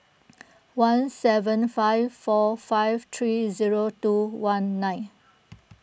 one seven five four five three zero two one nine